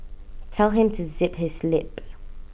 tell him to zip his lip